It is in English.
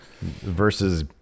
Versus